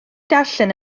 darllen